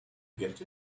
get